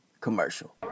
commercial